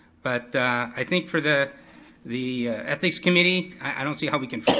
but i think for the the ethics committee, i don't see how we can